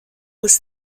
was